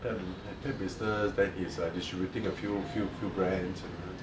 pet pet business then he's err distributing a few few few brands you know